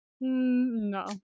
No